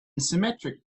symmetric